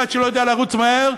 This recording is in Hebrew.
אחד שלא יודע לרוץ מהר,